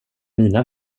mina